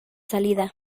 salida